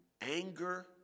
anger